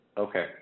Okay